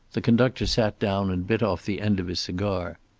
the conductor sat down and bit off the end of his cigar.